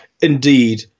indeed